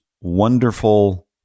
wonderful